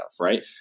Right